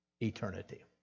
eternity